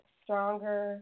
stronger